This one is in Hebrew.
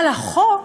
אבל בחוק,